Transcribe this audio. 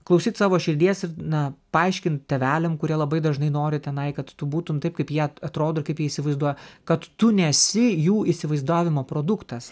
klausyt savo širdies ir na paaiškint tėveliam kurie labai dažnai nori tenai kad tu būtum taip kaip jie atrodo ir kaip įsivaizduoja kad tu nesi jų įsivaizdavimo produktas